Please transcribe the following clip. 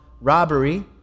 robbery